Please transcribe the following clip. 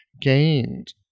gained